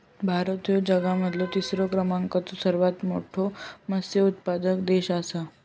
भारत ह्यो जगा मधलो तिसरा क्रमांकाचो सर्वात मोठा मत्स्य उत्पादक देश आसा